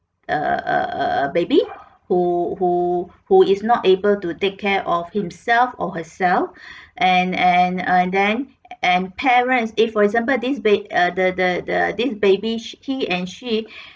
err err err baby who who who is not able to take care of himself or herself and and and then and parents eh for example this baby err the the the this baby he and she